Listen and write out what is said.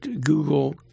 Google